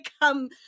come